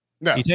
No